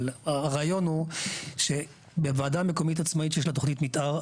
אבל הרעיון הוא שבוועדה מקומית עצמאית שיש לה תוכנית מתאר,